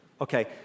Okay